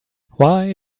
why